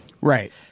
right